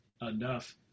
Enough